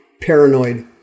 paranoid